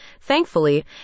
Thankfully